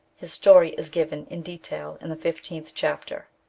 his story is given in detail in the fifteenth chapter.